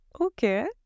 Okay